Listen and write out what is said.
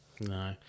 no